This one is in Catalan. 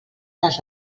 les